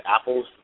apples